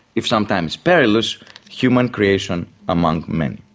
if sometimes perilous human creation among many.